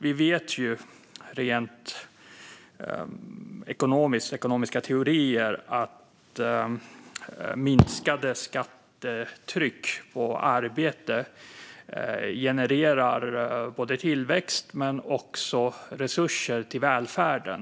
Vi vet rent ekonomiskt, enligt ekonomiska teorier, att minskat skattetryck på arbete genererar både tillväxt och resurser till välfärden.